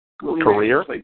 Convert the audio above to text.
Career